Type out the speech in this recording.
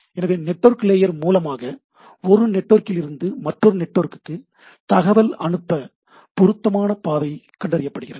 எனவே network layer மூலமாக ஒரு நெட்வொர்க்கிலிருந்து மற்றொரு நெட்வொர்க்குக்கு தகவல் அனுப்ப பொருத்தமான பாதை கண்டறியப்படுகிறது